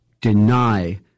deny